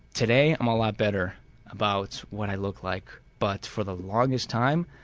today, i'm a lot better about what i look like but for the longest time